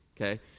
Okay